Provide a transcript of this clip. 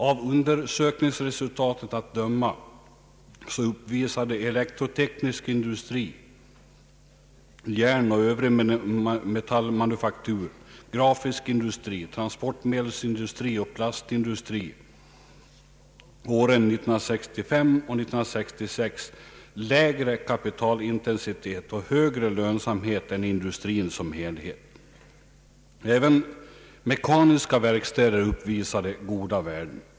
Av undersökningsresultatet att döma uppvisade elektroteknisk industri, järnoch övrig metallmanufaktur, grafisk industri, transportmedelsindustri samt plastindustri åren 1965 och 1966 lägre kapitalintensitet och högre lönsamhet än industrin som helhet. även mekaniska verkstäder uppvisade goda värden.